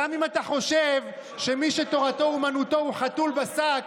גם אם אתה חושב שמי שתורתו אומנותו הוא חתול בשק,